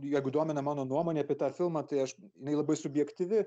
jeigu domina mano nuomonė apie tą filmą tai aš jinai labai subjektyvi